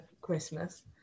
Christmas